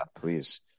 please